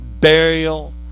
burial